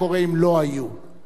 רבותי חברי הכנסת,